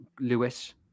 Lewis